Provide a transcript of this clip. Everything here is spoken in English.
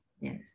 yes